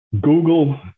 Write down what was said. Google